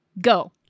Go